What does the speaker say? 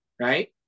right